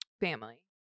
family